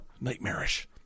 nightmarish